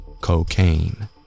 Cocaine